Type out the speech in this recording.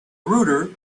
router